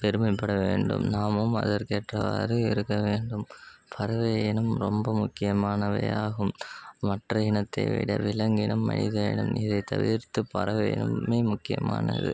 பெருமைப்படவேண்டும் நாமும் அதற்கு ஏற்றவாறு இருக்கற வேண்டும் பறவை இனம் ரொம்ப முக்கியமானவையாகும் மற்ற இனத்தை விட விலங்கினம் மனித இனம் இதை தவிர்த்து பறவை இனமே முக்கியமானது